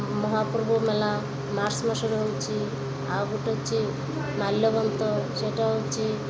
ମହାପୂର୍ବ ମେଳା ମାର୍ଚ୍ଚ ମାସରେ ହେଉଛି ଆଉ ଗୋଟେ ଅଛି ମାଲ୍ୟବନ୍ତ ସେଟା ହେଉଛି